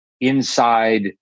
inside